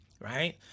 right